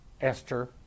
Esther